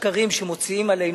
למה אני יודע, רק תסביר,